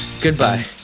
Goodbye